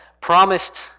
promised